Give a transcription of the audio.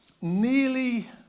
nearly